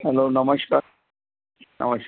hello नमस्कार नमश्